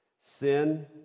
Sin